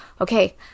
okay